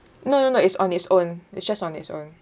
no no no it's on its own it's just on it's own